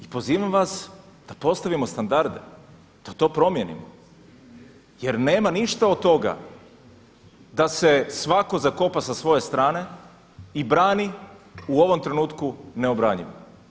I pozivam vas da postavimo standarde, da to promijenimo jer nema ništa od toga da se svako zakopa sa svoje strane i brani u ovom trenutku neobranjivo.